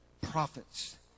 prophets